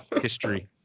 history